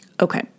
Okay